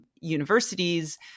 universities